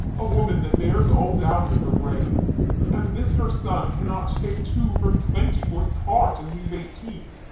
a woman that bears all down with her brain and this her son cannot take two from twenty, for his heart, and leave eighteen.